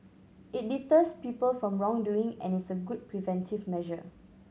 it deters people from wrongdoing and is a good preventive measure